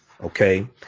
okay